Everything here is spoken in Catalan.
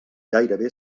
gairebé